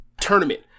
tournament